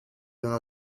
uno